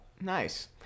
nice